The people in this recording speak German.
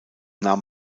nahm